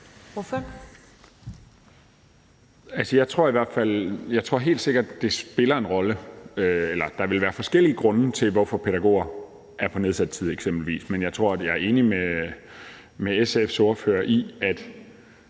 (S): Jeg tror helt sikkert, det spiller en rolle, men der vil eksempelvis være forskellige grunde til, at pædagoger er på nedsat tid. Men jeg er enig med SF's ordfører i –